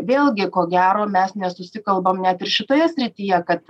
vėlgi ko gero mes nesusikalbam net ir šitoje srityje kad